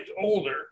older